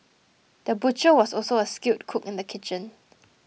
the butcher was also a skilled cook in the kitchen